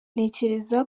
ntekereza